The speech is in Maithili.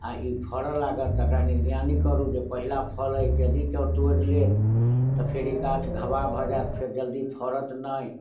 आ ई फड़ऽ लागत तकर निगरानी करू जे पहिला फल अछि यदि केओ तोरि लेत तऽ फेर ई गाछ घबा भऽ जायत फेर जल्दी फड़त नहि